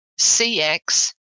CX